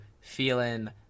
Feeling